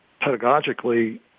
pedagogically